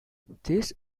this